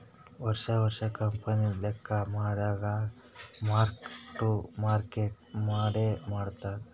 ವರ್ಷಾ ವರ್ಷಾ ಕಂಪನಿದು ಲೆಕ್ಕಾ ಮಾಡಾಗ್ ಮಾರ್ಕ್ ಟು ಮಾರ್ಕೇಟ್ ಮಾಡೆ ಮಾಡ್ತಾರ್